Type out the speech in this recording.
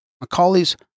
Macaulay's